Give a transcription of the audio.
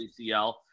ACL